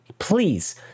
Please